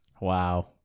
Wow